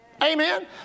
Amen